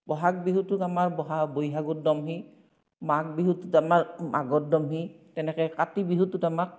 বহাগ বিহুটোক আমাৰ বহাগ বৈহাগৰ দমহি মাঘ বিহুটোত আমাৰ মাঘৰ দমহি তেনেকৈ কাতি বিহুটোত আমাক